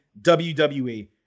WWE